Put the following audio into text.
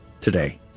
today